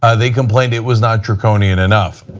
ah they complained it was not draconian enough.